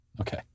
Okay